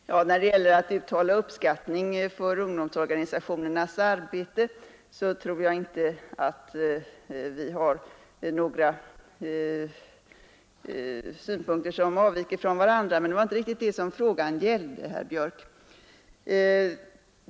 Herr talman! När det gäller att uttala uppskattning av ungdomsorganisationernas arbete tror jag inte att synpunkterna avviker från varandra. Men det var inte riktigt det som frågan gällde, herr Björk!